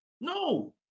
No